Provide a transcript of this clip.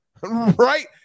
right